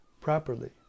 properly